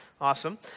awesome